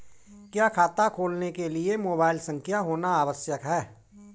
क्या खाता खोलने के लिए मोबाइल संख्या होना आवश्यक है?